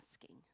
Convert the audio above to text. asking